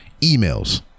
Emails